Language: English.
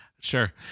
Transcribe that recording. Sure